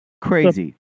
crazy